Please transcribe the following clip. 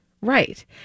Right